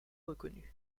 reconnus